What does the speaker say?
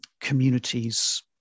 communities